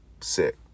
sick